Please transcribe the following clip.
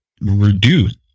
reduce